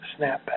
snapback